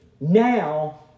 Now